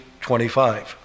25